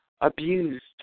abused